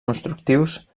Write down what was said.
constructius